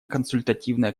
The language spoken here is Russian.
консультативная